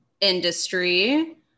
industry